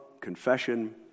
confession